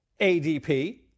ADP